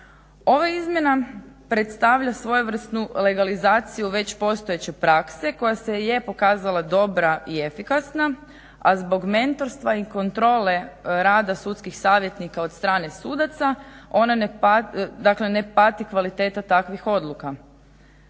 Ova izmjena predstavlja svojevrsnu legalizaciju već postojeće prakse koja se je pokazala dobra i efikasna, a zbog mentorstva i kontrole rada sudskih savjetnika od strane sudaca, dakle ne pati kvaliteta takvih odluka.